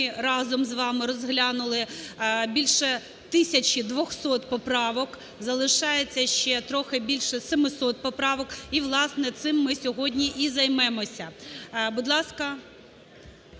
разом з вами розглянули більше 1200 поправок, залишається ще трохи – більше 700 поправок. І, власне, цим ми сьогодні і займемося. Будь ласка…